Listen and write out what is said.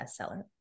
bestseller